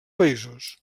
països